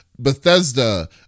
Bethesda